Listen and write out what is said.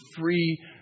free